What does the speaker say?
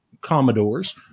Commodores